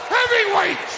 Heavyweight